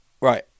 Right